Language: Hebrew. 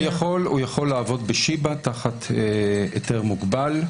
הוא יכול לעבוד בשיבא תחת היתר מוגבל,